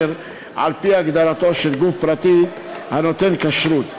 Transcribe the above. על-פי הגדרתו של גוף פרטי הנותן כשרות,